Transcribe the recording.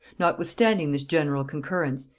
notwithstanding this general concurrence,